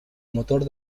motor